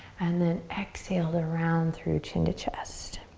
and then exhale to round through, chin to chest.